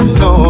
no